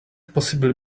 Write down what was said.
possibly